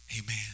Amen